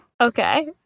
Okay